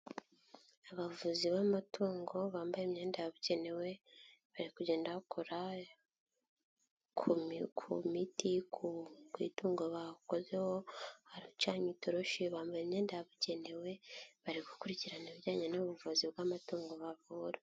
Abavuzi b'amatungo bambaye imyenda yabugenewe bari kugenda bakora ku miti ku itungo bakozeho bacanye itoroshi bambaye imyenda yabugenewe bari gukurikirana ibijyanye n'ubuvuzi bw'amatungo bavura.